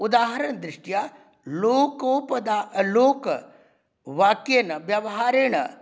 उदाहरणदृष्ट्या लोकोपदा लोकवाक्येन व्यवहारेण